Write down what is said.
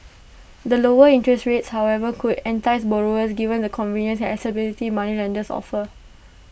the lower interests rates however could entice borrowers given the convenience accessibility moneylenders offer